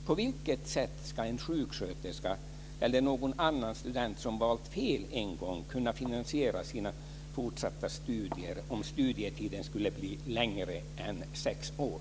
På vilket sätt ska en sjuksköterska eller någon annan student som valt fel en gång kunna finansiera sina fortsatta studier om studietiden skulle bli längre än sex år?